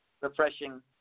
refreshing